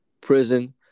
prison